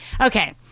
okay